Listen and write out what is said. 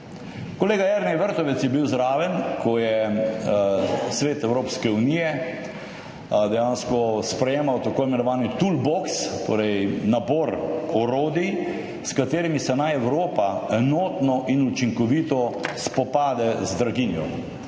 Kolega Jernej Vrtovec je bil zraven, ko je svet Evropske unije dejansko sprejemal tako imenovani toolbox, torej nabor orodij, s katerimi se naj Evropa enotno in učinkovito spopade z draginjo,